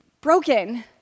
broken